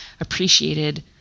appreciated